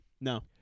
No